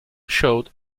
showed